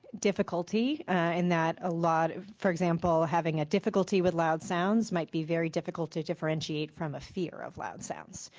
difficulty in that a lot of for example, having a difficulty with loud sounds might be very difficult to differentiate from a fear of loud sounds.